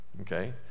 Okay